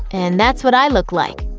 and that's what i look like.